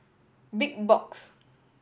Big Box